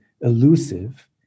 elusive